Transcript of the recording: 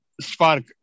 Spark